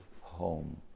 home